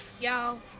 Y'all